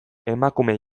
emakume